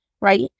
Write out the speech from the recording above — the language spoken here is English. right